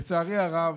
לצערי הרב,